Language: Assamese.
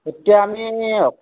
এতিয়া আমি